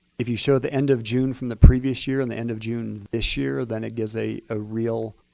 if you showed the end of june from the previous year and the end of june this year, then it gives a ah real